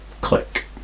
click